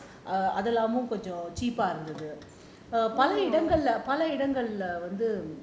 அதெல்லாம் கொஞ்சம்:athelaam konjam cheap ah இருந்துது பல இடங்கள்ள பல இடங்கள்ள வந்து:irunthuthu pala idangalla pala idangalla vanthu